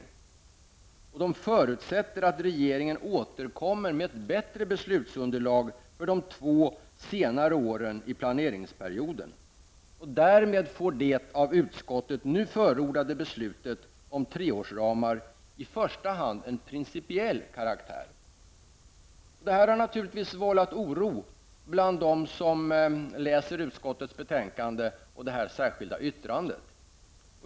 De som avgivit yttrandet förutsätter att regeringen återkommer med ett bättre beslutsunderlag för de två senare åren i planeringsperioden. ''Därmed får det av utskottet nu förordade beslutet om treårsramar i första hand en principiell karaktär'', står det vidare. Detta har naturligtvis vållat oro bland dem som läser utskottets betänkande och det här särskilda yttrandet.